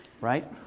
right